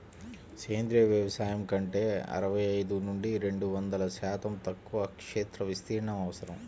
సేంద్రీయ వ్యవసాయం కంటే అరవై ఐదు నుండి రెండు వందల శాతం ఎక్కువ క్షేత్ర విస్తీర్ణం అవసరం